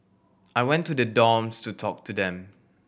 I went to the dorms to talk to them